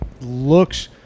looks